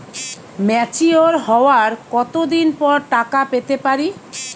Mature হওয়ার কত দিন পর টাকা পেতে পারি?